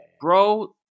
Bro